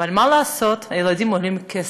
אבל, מה לעשות, ילדים עולים כסף.